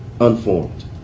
unformed